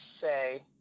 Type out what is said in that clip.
say